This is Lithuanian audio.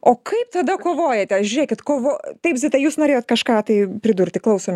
o kaip tada kovojate žiūrėkit kovo taip zita jūs norėjot kažką tai pridurti klausom